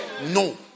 No